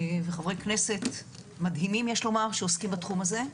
חברי כנסת מדהימים שעוסקים בתחום הזה,